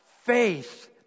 faith